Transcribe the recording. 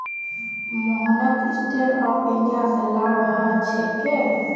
मोहनक stand up India स लाभ ह छेक